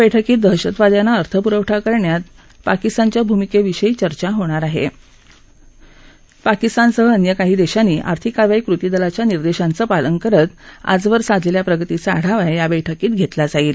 बैठकीत दहशतवाद्यांना अर्थ पुरवठा करण्यात पाकिस्तानच्या भूमिकविषयी चर्चा होणार आह आकिस्तानसह अन्य काही दक्षानी आर्थिक कारवाई कृती दलाच्या निर्देशांचं पालन करत आजवर साधलस्थि प्रगतीचा आढावा या बैठकीत घस्तिमा जाईल